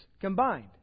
combined